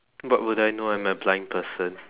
what would I know I'm a blind person